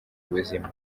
ubuzima